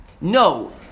No